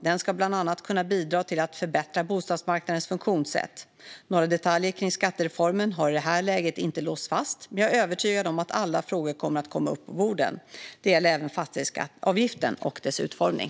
Den ska bland annat kunna bidra till att förbättra bostadsmarknadens funktionssätt. Några detaljer kring skattereformen har i det här läget inte låsts fast, men jag är övertygad om att alla frågor kommer att komma upp på bordet. Det gäller även fastighetsavgiften och dess utformning.